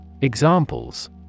examples